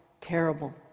terrible